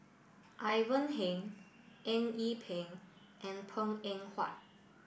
Ivan Heng Eng Yee Peng and Png Eng Huat